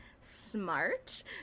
smart